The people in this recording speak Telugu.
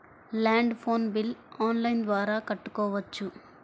ల్యాండ్ ఫోన్ బిల్ ఆన్లైన్ ద్వారా కట్టుకోవచ్చు?